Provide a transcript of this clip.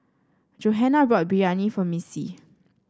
Johana bought Biryani for Missy